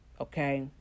Okay